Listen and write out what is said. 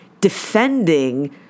defending